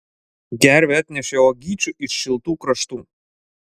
gervė atnešė uogyčių iš šiltų kraštų